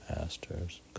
masters